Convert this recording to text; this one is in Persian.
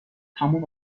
همون